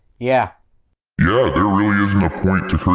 yeah you know there really isn't a point to